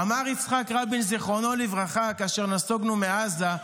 אמר יצחק רבין, זיכרונו לברכה, כאשר נסוגנו מעזה: